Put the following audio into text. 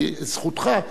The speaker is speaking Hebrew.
כי זכותך.